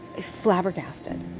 flabbergasted